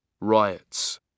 riots